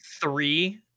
three